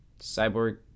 Cyborg